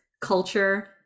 culture